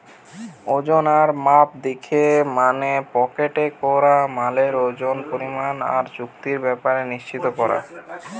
ওজন আর মাপ দিখা মানে প্যাকেট করা মালের ওজন, পরিমাণ আর চুক্তির ব্যাপার নিশ্চিত কোরা